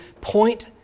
point